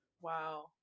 Wow